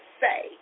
say